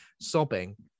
sobbing